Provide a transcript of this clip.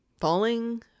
falling